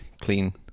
Clean